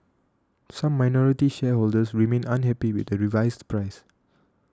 some minority shareholders remain unhappy with the revised price